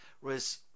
Whereas